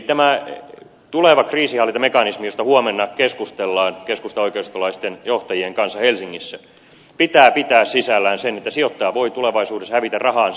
tämän tulevan kriisinhallintamekanismin josta huomenna keskustellaan keskustaoikeistolaisten johtajien kanssa helsingissä pitää pitää sisällään sen että sijoittaja voi tulevaisuudessa hävitä rahaansa